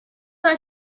are